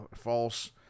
false